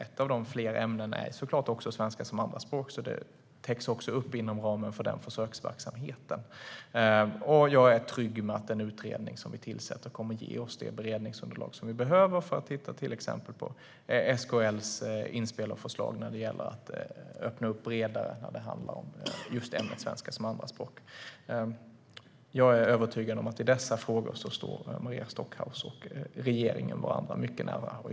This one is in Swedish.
Ett av dessa ämnen är såklart svenska som andraspråk. Det täcks också upp inom ramen för försöksverksamheten. Jag är trygg med att den utredning som vi tillsätter kommer att ge oss det beredningsunderlag som vi behöver för att titta till exempel på SKL:s inspel och förslag att öppna bredare när det handlar om just ämnet svenska som andraspråk. Jag är övertygad om att i dessa frågor står Maria Stockhaus och regeringen varandra mycket nära.